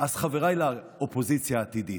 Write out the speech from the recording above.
אז חבריי לאופוזיציה העתידית,